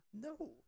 No